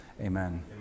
Amen